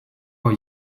for